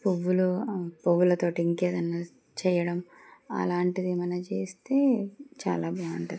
పువ్వులు పవ్వులతోటి ఇంకేదైనా చేయడం అలాంటిది ఏమైనా చేస్తే చాలా బాగుంటుంది